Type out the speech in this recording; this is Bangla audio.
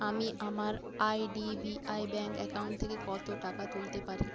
আমি আমার I D B I bank account থেকে কত টাকা তুলতে পারি